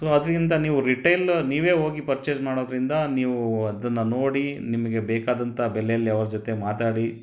so ಆದ್ದರಿಂದ ನೀವು retail ನೀವೇ ಹೋಗಿ ಪರ್ಚೇಸ್ ಮಾಡೋದರಿಂದ ನೀವು ಅದನ್ನು ನೋಡಿ ನಿಮಗೆ ಬೇಕಾದಂಥ ಬೆಲೇಲಿ ಅವ್ರ ಜೊತೆ ಮಾತಾಡಿ